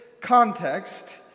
context